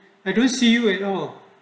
I don't see you at all